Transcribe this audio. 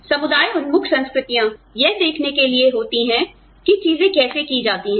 समुदाय उन्मुख संस्कृतियां यह देखने के लिए होती हैं कि चीजें कैसे की जाती हैं